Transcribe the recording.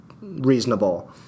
reasonable